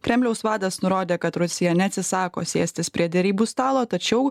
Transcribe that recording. kremliaus vadas nurodė kad rusija neatsisako sėstis prie derybų stalo tačiau